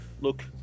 look